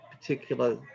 particular